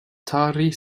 tarihi